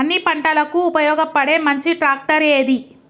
అన్ని పంటలకు ఉపయోగపడే మంచి ట్రాక్టర్ ఏది?